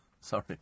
Sorry